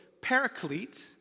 paraclete